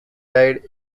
died